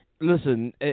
Listen